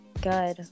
good